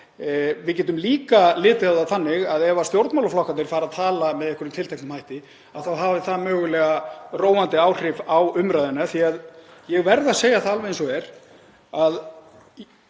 Við getum líka litið á það þannig að ef stjórnmálaflokkarnir fara að tala með einhverjum tilteknum hætti þá hafi það mögulega róandi áhrif á umræðuna, af því að ég verð að segja alveg eins og er að